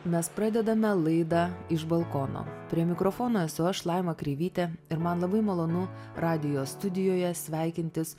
mes pradedame laidą iš balkono prie mikrofono esu aš laima kreivytė ir man labai malonu radijo studijoje sveikintis